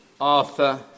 Arthur